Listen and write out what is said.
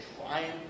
trying